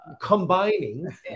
combining